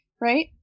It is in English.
right